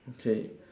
okay